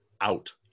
out